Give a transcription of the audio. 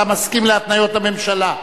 אתה מסכים להתניות הממשלה,